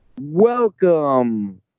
Welcome